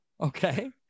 Okay